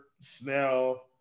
Snell